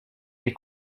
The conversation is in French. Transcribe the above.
des